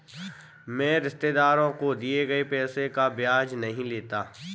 मैं रिश्तेदारों को दिए गए पैसे का ब्याज नहीं लेता